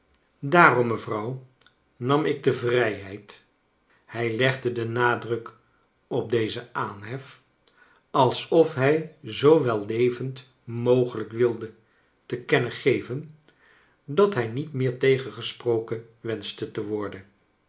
daarom mevrouw nam ik de vrijheid hij legde den nadruk op dezen aanhef alsof hij zoo wellevend mogelijk wilde te kennen geven dat hij niet meer tegengesproken wenschte worden